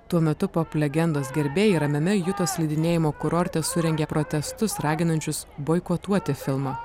tuo metu pop legendos gerbėjai ramiame jutos slidinėjimo kurorte surengė protestus raginančius boikotuoti filmą